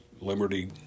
Liberty